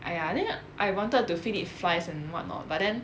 !aiya! then I wanted to feed it flies and what not but then